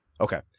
Okay